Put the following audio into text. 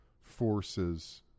forces